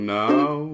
now